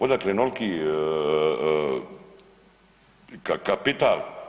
Odakle onoliki kapital?